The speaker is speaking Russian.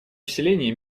усилении